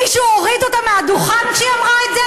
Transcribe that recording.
מישהו הוריד אותה מהדוכן כשהיא אמרה את זה,